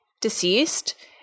deceased